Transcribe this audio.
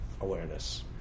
awareness